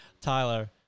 tyler